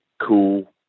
cool